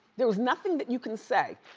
there's nothing that you can say,